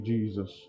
Jesus